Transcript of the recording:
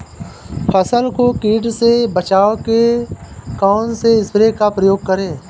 फसल को कीट से बचाव के कौनसे स्प्रे का प्रयोग करें?